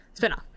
Spinoff